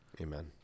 Amen